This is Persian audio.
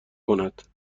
کند